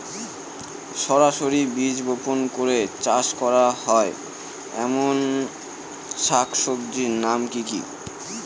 সরাসরি বীজ বপন করে চাষ করা হয় এমন শাকসবজির নাম কি কী?